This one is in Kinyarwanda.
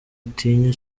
atinya